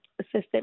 assistant